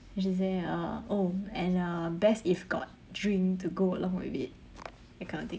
then she say uh oh and uh best if got drink to go along with it that kind of thing